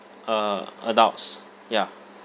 uh adults ya